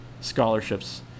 scholarships